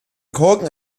korken